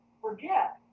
forget